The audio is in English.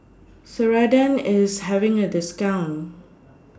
Ceradan IS having A discount